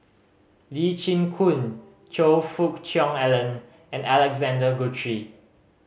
Lee Chin Koon Choe Fook Cheong Alan and Alexander Guthrie